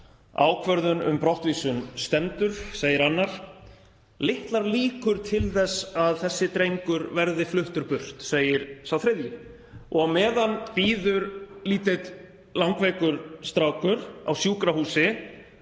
„Ákvörðun um brottvísun stendur,“ segir annar. „Litlar líkur til að þessi drengur verði fluttur burt,“ segir sá þriðji. Og á meðan bíður lítill langveikur strákur á sjúkrahúsi